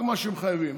רק מה שהם חייבים,